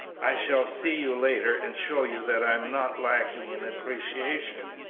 i shall see you later and show you that i am not lacking in appreciation,